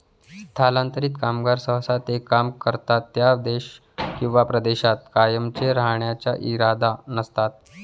स्थलांतरित कामगार सहसा ते काम करतात त्या देशात किंवा प्रदेशात कायमचे राहण्याचा इरादा नसतात